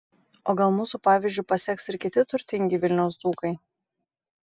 o gal mūsų pavyzdžiu paseks ir kiti turtingi vilniaus dzūkai